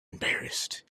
embarrassed